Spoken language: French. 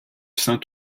saint